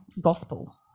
gospel